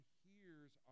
hears